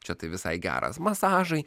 čia tai visai geras masažai